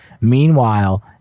Meanwhile